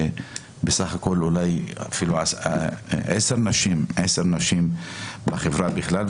שבסך הכל אולי אפילו עשר נשים בחברה בכלל,